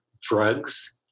drugs